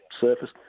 surface